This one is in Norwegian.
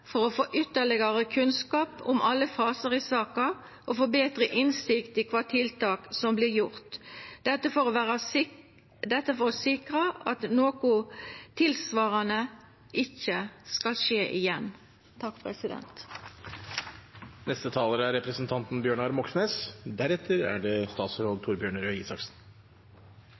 for å få ytterlegare kunnskap om alle fasar i saka og få betre innsikt i kva tiltak som vert gjort, dette for å sikra at noko tilsvarande ikkje skal skje igjen.